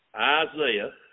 Isaiah